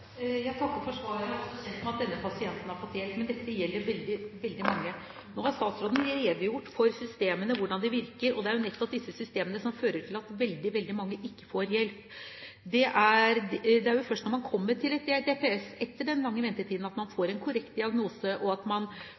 Jeg takker for svaret. Jeg er også kjent med at denne pasienten har fått hjelp. Men dette gjelder veldig mange. Nå har statsråden redegjort for systemene og hvordan de virker, og det er jo nettopp disse systemene som fører til at veldig, veldig mange ikke får hjelp. Det er jo først når man kommer til et DPS, etter den lange ventetiden, at man får en korrekt diagnose og